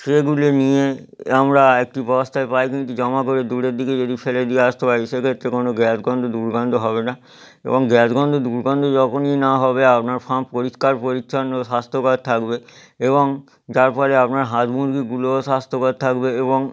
ট্রেগুলো নিয়ে আমরা একটি বস্তায় পায়খানাটি জমা করে দূরের দিকে যদি ফেলে দিয়ে আসতে পারি সেক্ষেত্রে কোনও গ্যাস গন্ধ দুর্গন্ধ হবে না এবং গ্যাস গন্ধ দুর্গন্ধ যখনই না হবে আপনার ফার্ম পরিষ্কার পরিচ্ছন্ন স্বাস্থ্যকর থাকবে এবং যার ফলে আপনার হাঁস মুরগিগুলোও স্বাস্থ্যকর থাকবে এবং